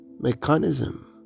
mechanism